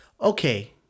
okay